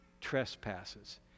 trespasses